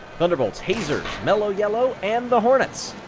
thunderbolts, hazers, mellow yellow, and the hornets.